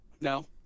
no